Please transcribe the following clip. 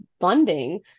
funding